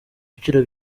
ibiciro